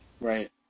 Right